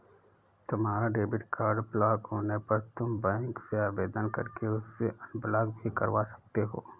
तुम्हारा debit card block होने पर तुम बैंक से आवेदन करके उसे अनब्लॉक भी करवा सकते हो